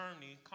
journey